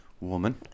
Woman